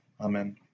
Amen